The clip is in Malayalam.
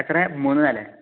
എത്ര മൂന്ന് നാല്